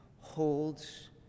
holds